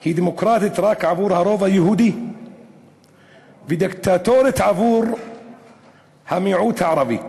היא דמוקרטית רק עבור הרוב היהודי ודיקטטורית עבור המיעוט הערבי.